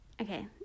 okay